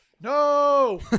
no